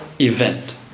event